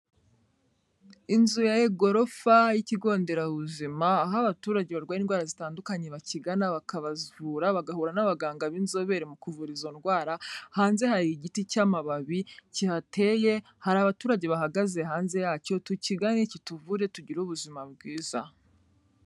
Inzu y'igorofa y'ikigo nderabuzima aho abaturage barwaye indwara zitandukanye bakigana bakabavura, bagahura n'abaganga b'inzobere mu kuvura izo ndwara. Hanze hari igiti cy'amababi kihateye hari abaturage bahagaze hanze yacyo, tukigane kituvure tugire ubuzima bwiza.